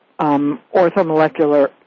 orthomolecular